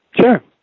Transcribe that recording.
Sure